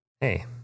Hey